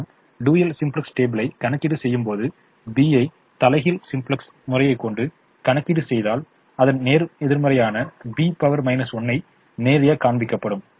நாம் dual simplex டேபிளை கணக்கீடு செய்யும்போது B ஐ தலைகீழ் சிம்ப்ளக்ஸ் முறையை கொண்டு கணக்கீடு செய்தால் அதன் எதிர்மறையான B 1 யை நேரடியாக காண்பிக்கப்படும்